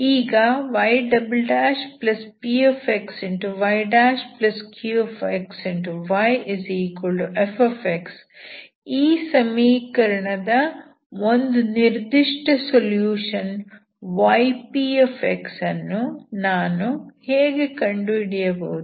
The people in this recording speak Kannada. ಈಗ ypxyqxyfx ಈ ಸಮೀಕರಣದ ಒಂದು ನಿರ್ದಿಷ್ಟ ಸೊಲ್ಯೂಷನ್ ypx ಅನ್ನು ನಾನು ಹೇಗೆ ಕಂಡುಹಿಡಿಯಬಹುದು